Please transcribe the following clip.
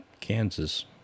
Kansas